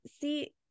see